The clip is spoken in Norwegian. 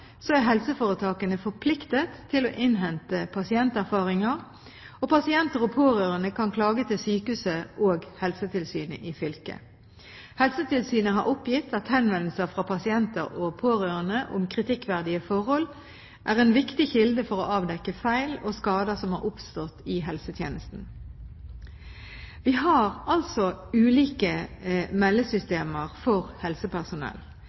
er helseforetakene forpliktet til å innhente pasienterfaringer, og pasienter og pårørende kan klage til sykehuset og Helsetilsynet i fylket. Helsetilsynet har oppgitt at henvendelser fra pasienter og pårørende om kritikkverdige forhold er en viktig kilde for å avdekke feil og skader som har oppstått i helsetjenesten. Vi har altså ulike meldesystemer for helsepersonell.